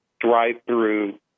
drive-through